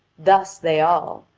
thus they all,